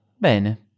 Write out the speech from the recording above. Bene